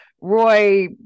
Roy